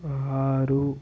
ఆరు